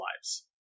lives